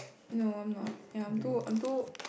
no I am not ya I am too I am too